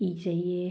ꯏꯖꯩꯌꯦ